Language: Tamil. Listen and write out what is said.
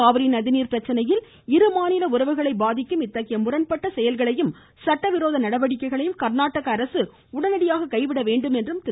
காவிரி நதிநீர் பிரச்சனையில் இரு மாநில உறவுகளை பாதிக்கும் இத்தகைய முரண்பட்ட செயல்களையும் சட்டவிரோத நடவடிக்கைகளையும் கா்நாடக அரசு உடனடியாக கைவிட வேண்டும் என்றும் திரு